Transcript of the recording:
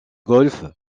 golfe